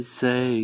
say